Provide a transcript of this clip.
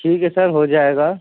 ٹھیک ہے سر ہو جائے گا